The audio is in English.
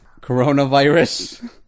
coronavirus